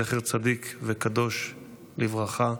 זכר צדיק וקדוש לברכה,